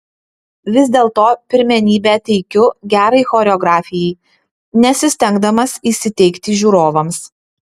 vis dėlto pirmenybę teikiu gerai choreografijai nesistengdamas įsiteikti žiūrovams